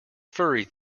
furry